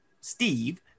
Steve